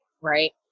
right